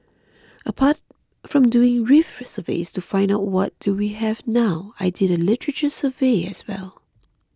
apart from doing reef surveys to find out what do we have now I did a literature survey as well